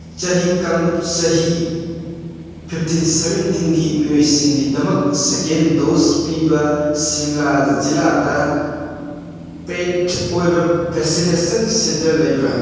ꯆꯍꯤ ꯀꯥꯡꯂꯨꯞ ꯆꯍꯤ ꯐꯤꯞꯇꯤꯟ ꯁꯚꯦꯟꯇꯤꯟꯒꯤ ꯃꯤꯑꯣꯏꯁꯤꯡꯒꯤꯗꯃꯛ ꯁꯦꯀꯦꯟ ꯗꯣꯖ ꯄꯤꯕ ꯁꯤꯝꯂꯥ ꯖꯤꯂꯥꯗ ꯄꯦꯗ ꯑꯣꯏꯕ ꯚꯦꯛꯁꯤꯅꯦꯁꯟ ꯁꯦꯟꯇꯔ ꯂꯩꯕ꯭ꯔꯥ